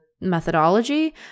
methodology